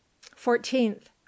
fourteenth